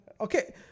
Okay